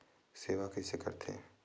सेवा कइसे करथे?